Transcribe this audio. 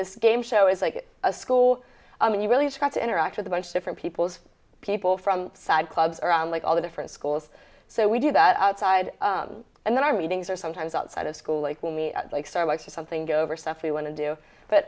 this game show is like a school and you really try to interact with a bunch of different peoples people from side clubs around like all the different schools so we do that outside and then our meetings are sometimes outside of school like me like starbucks or something go over stuff we want to do but